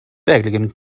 verkligen